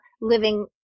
living